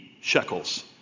shekels